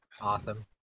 awesome